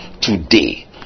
Today